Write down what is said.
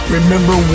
Remember